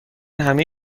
همه